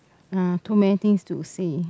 uh too many things to see